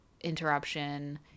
interruption